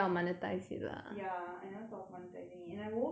ya I never thought of monetising it and I won't cause